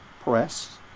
press